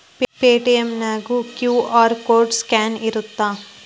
Paytm ನ್ಯಾಗು QR code scan ಇರತ್ತ